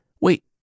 wait